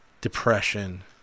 depression